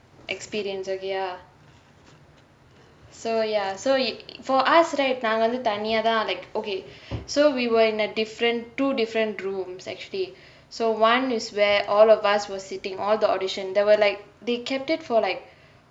experience okay ya so ya so for us right நாங்கே வந்து தனியாதா:naangae vanthu thaniyaathaa like okay so we were in a different two different rooms actually so one is where all of us were sitting all the audition there were like they kept it for like